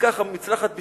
עסקה מוצלחת בשבילי,